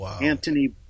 Anthony